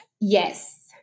Yes